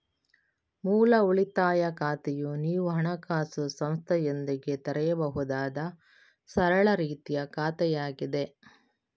ಮೂಲ ಉಳಿತಾಯ ಖಾತೆಯು ನೀವು ಹಣಕಾಸು ಸಂಸ್ಥೆಯೊಂದಿಗೆ ತೆರೆಯಬಹುದಾದ ಸರಳ ರೀತಿಯ ಖಾತೆಯಾಗಿದೆ